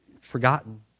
forgotten